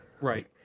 Right